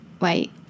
Wait